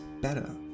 better